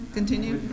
Continue